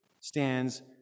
stands